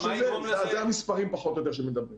זה המספרים פחות או יותר שמדברים עליהם.